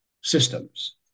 systems